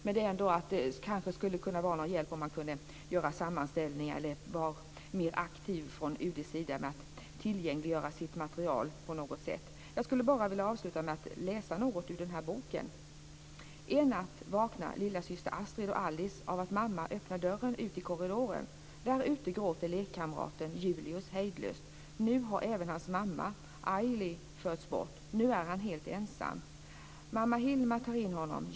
Men det skulle kanske kunna vara till hjälp om man kunde göra sammanställningar eller vara mer aktiv från UD:s sida med att på något sätt tillgängliggöra sitt material. Avslutningsvis skulle jag vilja läsa ett avsnitt i nämnda bok: "En natt vaknar lillasyster Astrid och Alice av att mamma öppnar dörren ute i korridoren. Där ute gråter lekkamraten Julius hejdlöst. Nu har även hans mamma Aili förts bort. Nu är han helt ensam. Mamma Hilma tar in honom.